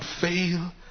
fail